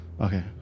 Okay